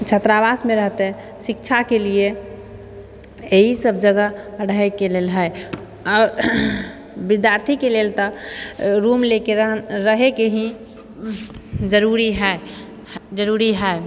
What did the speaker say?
छात्रावासमे रहतै शिक्षाके लिए एहि सब जगह रहैके लेल है आओर विद्यार्थी के लेल तऽ रूम लेके रहैके ही जरुरी है जरुरी है